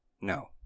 No